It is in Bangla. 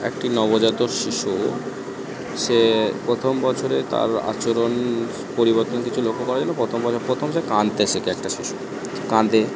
একটি নবজাত শিশু সে প্রথম বছরেই তার আচরণ সু পরিবর্তন কিছু লক্ষ্য করা যায় না প্রথম বছর প্রথম সে কাঁদতে শেখে একটা শিশু কাঁদে